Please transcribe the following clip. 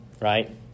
right